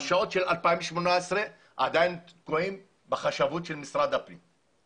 הרשאות של 2018 עדיין תקועות בחשבות של משרד הפנים.